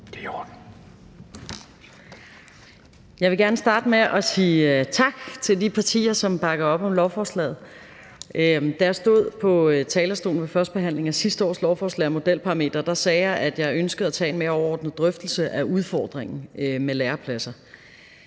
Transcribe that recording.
Jeg vil gerne starte med at sige tak til de partier, som bakker op om lovforslaget. Da jeg stod på talerstolen under førstebehandlingen af sidste års lovforslag om modelparametre, sagde jeg, at jeg ønskede at tage en mere overordnet drøftelse af udfordringen med lærepladser.